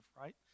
right